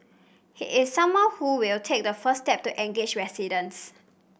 he is someone who will take the first step to engage residents